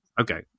okay